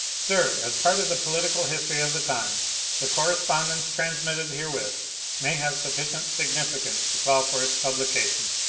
sir, a as part of the political history of the times the corre spondence transmitted herewith may have sufficient significance to call for its publication.